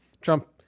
Trump